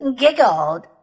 giggled